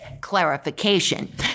clarification